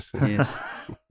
Yes